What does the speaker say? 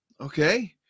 okay